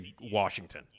Washington